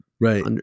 right